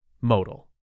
modal